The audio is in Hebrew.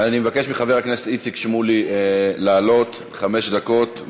אני מבקש מחבר הכנסת איציק שמולי לעלות, חמש דקות.